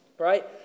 right